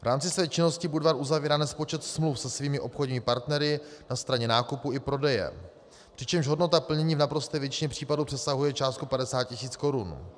V rámci své činnosti Budvar uzavírá nespočet smluv se svými obchodními partnery na straně nákupu i prodeje, přičemž hodnota plnění v naprosté většině případů přesahuje částku 50 tisíc korun.